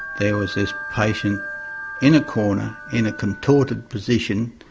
there was this patient in a corner in a contorted position